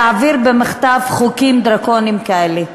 להעביר במחטף חוקים דרקוניים כאלה.